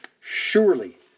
surely